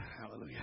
hallelujah